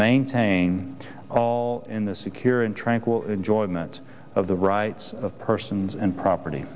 maintain all in the secure and tranquil enjoyment of the rights of persons and property